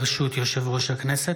ברשות יושב-ראש הכנסת,